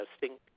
testing